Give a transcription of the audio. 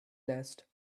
nest